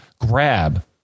grab